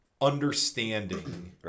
understanding